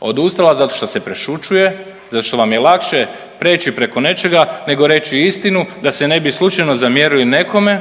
Odustala zato što se prešućuje, zato što vam je lakše preći preko nečega nego reći istinu da se ne bi slučajno zamjerili nekome